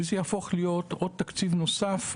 וזה יהפוך להיות עוד תקציב נוסף,